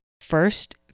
first